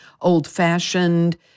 old-fashioned